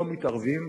לא מתערבים